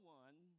one